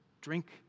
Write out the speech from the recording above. drink